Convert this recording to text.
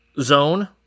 zone